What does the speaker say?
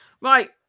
Right